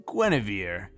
Guinevere